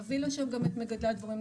נביא לשם את מגדלי הדבורים,